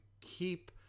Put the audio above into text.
keep